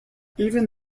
even